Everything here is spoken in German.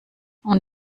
und